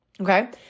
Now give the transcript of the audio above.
Okay